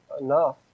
enough